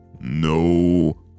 No